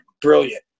Brilliant